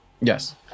Yes